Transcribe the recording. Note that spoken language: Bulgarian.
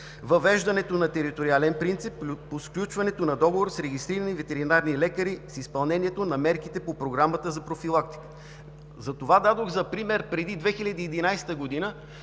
въвеждането на териториален принцип по сключването на договор с регистрирани ветеринарни лекари с изпълнението на мерките по Програмата за профилактика.“ Затова дадох за пример преди 2011 г.,